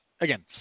again